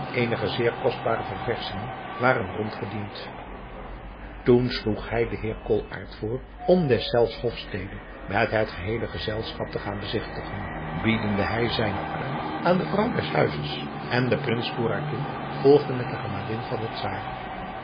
eenige zeer kostbare ververschingen waren rond gediend toen sloeg hij den heer koolaart voor om deszelfs hofstede met het geheele gezelschap te gaan bezigtigen biedende hij zijnen arm aan de vrouw des huizes en de prins kourakin volgde met de gemalin van den czaar